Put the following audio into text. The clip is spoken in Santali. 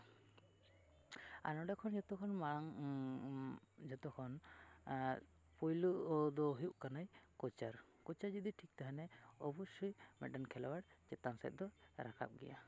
ᱟᱨ ᱱᱚᱸᱰᱮ ᱠᱷᱚᱱ ᱡᱚᱛᱚᱠᱷᱚᱱ ᱢᱟᱲᱟᱝ ᱡᱚᱛᱚ ᱠᱷᱚᱱ ᱯᱳᱭᱞᱳ ᱫᱚ ᱦᱩᱭᱩᱜ ᱠᱟᱱᱟᱭ ᱠᱳᱪᱟᱨ ᱠᱳᱪᱟᱨ ᱡᱩᱫᱤ ᱛᱟᱦᱮᱱᱟᱭ ᱚᱵᱚᱥᱳᱭ ᱢᱤᱫᱴᱟᱝ ᱠᱷᱮᱞᱳᱣᱟᱲ ᱪᱮᱛᱟᱱ ᱥᱮᱫ ᱫᱚᱭ ᱨᱟᱠᱟᱵ ᱜᱮᱭᱟ